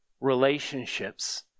relationships